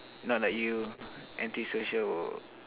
not like you antisocial